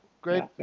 great